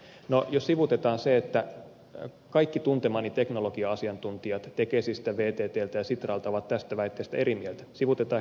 no sivuutetaan se että kaikki tuntemani teknologia asiantuntijat tekesistä vttltä ja sitralta ovat tästä väitteestä eri mieltä sivuutetaan hetkeksi se